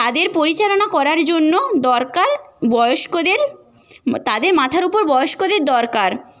তাদের পরিচালনা করার জন্য দরকার বয়স্কদের তাদের মাথার উপর বয়স্কদের দরকার